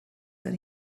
that